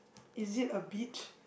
is it a beach